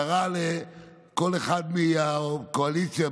קרא לכל אחד מהקואליציה,